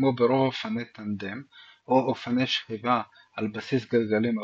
כמו ברוב אופני טנדם או אופני שכיבה עם בסיס גלגלים ארוך,